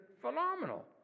phenomenal